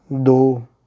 ਦੋ